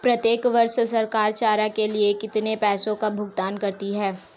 प्रत्येक वर्ष सरकार चारा के लिए कितने पैसों का भुगतान करती है?